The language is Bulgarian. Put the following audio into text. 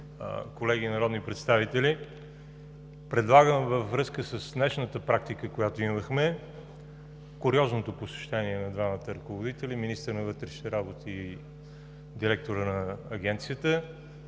колеги народни представители! Предлагам във връзка с днешната практика, която имахме, куриозното посещение на двамата ръководители – министърът на вътрешните работи и директорът на Агенцията,